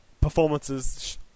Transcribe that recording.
performances